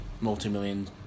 multi-million